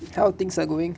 it kind of things are going